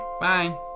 Bye